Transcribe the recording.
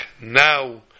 now